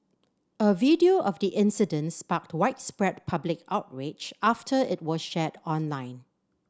a video of the incident sparked widespread public outrage after it was shared online